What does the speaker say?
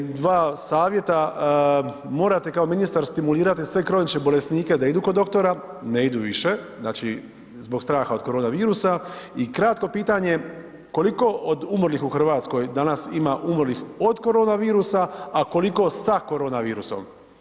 Dva savjeta, morate kao ministar stimulirati sve kronične bolesnike da idu kod doktora, ne idu više znači zbog straha od korona virusa i kratko pitanje koliko od umrlih u Hrvatskoj danas ima umrlih od korona virusa, a koliko sa korona virusom?